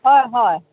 হয় হয়